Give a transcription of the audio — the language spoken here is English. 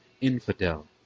infidel